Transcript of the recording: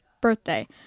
birthday